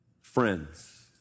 friends